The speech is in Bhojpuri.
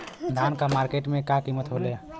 धान क मार्केट में का कीमत होखेला?